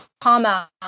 comma